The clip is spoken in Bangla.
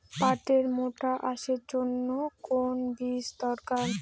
পাটের মোটা আঁশের জন্য কোন বীজ দরকার?